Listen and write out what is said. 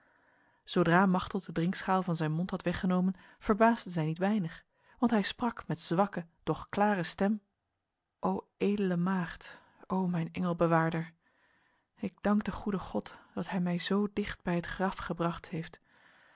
zodra machteld de drinkschaal van zijn mond had weggenomen verbaasde zij niet weinig want hij sprak met zwakke doch klare stem o edele maagd o mijn engelbewaarder ik dank de goede god dat hij mij zo dicht bij het graf gebracht heeft